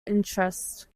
interest